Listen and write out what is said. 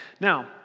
Now